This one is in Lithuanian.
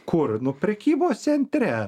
kur nu prekybos centre